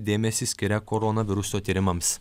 dėmesį skiria koronaviruso tyrimams